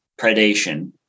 predation